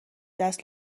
دست